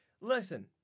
listen